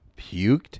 puked